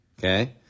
Okay